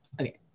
okay